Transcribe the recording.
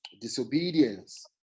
disobedience